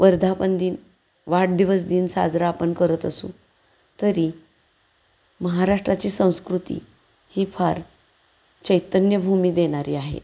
वर्धापन दिन वाढदिवस दिन साजरा आपण करत असू तरी महाराष्ट्राची संस्कृती ही फार चैतन्यभूमी देणारी आहे